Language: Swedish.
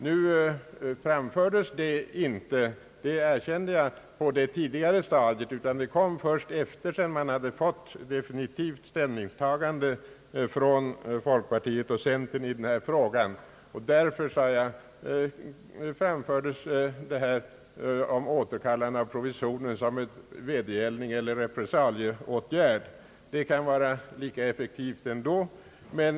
Nu framfördes inte detta på ett tidigt stadium — jag erkände det — utan det kom först sedan folkpartioch centerpartiledamöterna tillkännagivit sitt definitiva ställningstagande. Därför, sade jag, framfördes meddelandet om återkallande av propositionen som en vedergällningseller repressalieåtgärd.